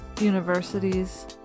universities